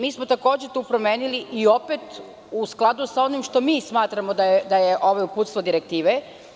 Mi smo takođe tu promenili i opet u skladu sa onim što mi smatramo da je uputstvo direktive.